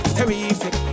Terrific